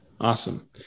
Awesome